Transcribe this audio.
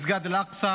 מסגד אל-אקצא